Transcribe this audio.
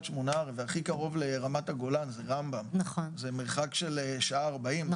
שמונה והכי קרוב לרמת הגולן זה רמב"ם זה מרחק של שעה ארבעים,